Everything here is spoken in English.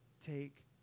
take